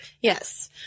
Yes